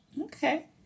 Okay